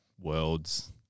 worlds